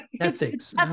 ethics